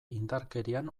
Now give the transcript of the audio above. indarkerian